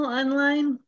online